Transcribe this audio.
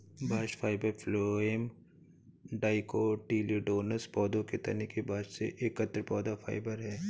bast fibre phloem dicotyledonous पौधों के तने के बास्ट से एकत्र पौधा फाइबर है